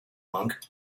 monk